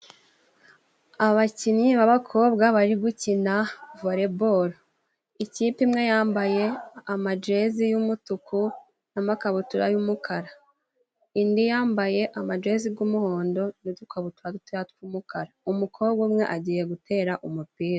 Abakinnyi b'abakobwa bari gukina volebolo ,ikipe imwe yambaye amajezi y'umutuku n'amakabutura y'umukara, indi yambaye amajezi y'umuhondo n'udukabutura dutoya tw'umukara. Umukobwa umwe agiye gutera umupira.